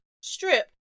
strip